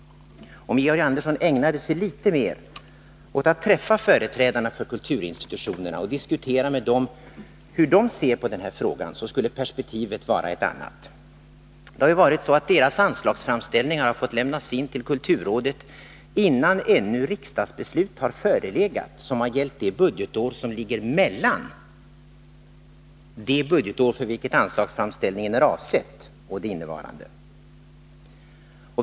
Om Georg Andersson ägnade sig litet mer åt att träffa företrädarna för kulturinstitutionerna och diskutera med dem hur de ser på den här frågan, skulle perspektivet vara ett annat. Det har ju varit så, att deras anslagsframställningar har fått lämnas in till kulturrådet innan ännu riksdagsbeslut har förelegat som har gällt det budgetår som ligger mellan det budgetår för vilket anslagsframställningen är avsedd och det innevarande.